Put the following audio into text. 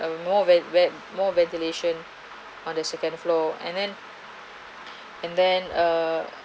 are more ve~ ve~ more ventilation on the second floor and then and then err